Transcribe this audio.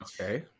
okay